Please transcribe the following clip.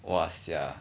!wah! sia